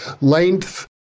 length